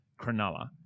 Cronulla